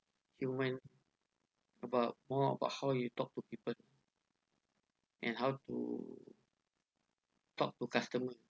human about more about how you talk to people and how to talk to customer